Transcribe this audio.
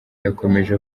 yakomeje